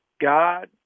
God